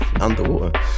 underwater